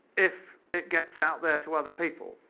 if it gets out there to other people.